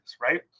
right